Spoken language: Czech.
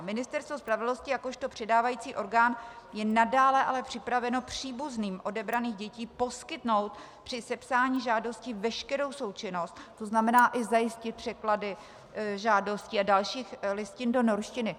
Ministerstvo spravedlnosti jakožto předávající orgán je nadále ale připraveno příbuzným odebraných dětí poskytnout při sepsání žádosti veškerou součinnost, tzn. i zajistit překlady žádostí a dalších listin do norštiny.